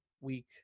week